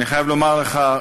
אני חייב לומר לך,